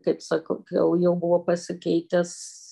kaip sakau kai jau jau buvo pasikeitęs